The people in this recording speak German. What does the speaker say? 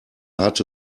hatte